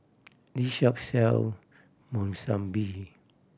this shop sell Monsunabe